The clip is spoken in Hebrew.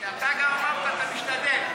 שאתה אמרת שאתה משתדל,